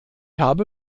habe